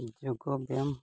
ᱡᱳᱜ ᱵᱮᱭᱟᱢ